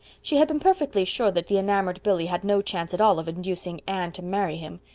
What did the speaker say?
she had been perfectly sure that the enamored billy had no chance at all of inducing anne to marry him.